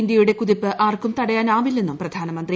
ഇന്തൃയുടെ കുതിപ്പ് ആർക്കും തടയാനാവില്ലെന്നും പ്രധാനമന്ത്രി